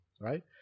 right